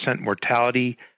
mortality